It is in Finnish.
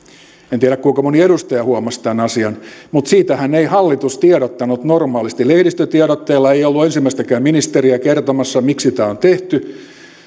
en tiedä kuinka moni edustaja huomasi tämän asian mutta siitähän ei hallitus tiedottanut normaalisti lehdistötiedotteella ei ollut ensimmäistäkään ministeriä kertomassa miksi tämä on tehty